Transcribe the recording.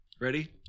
ready